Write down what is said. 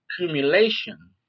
accumulation